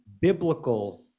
biblical